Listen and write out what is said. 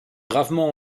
gravement